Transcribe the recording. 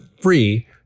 free